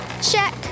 Check